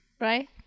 right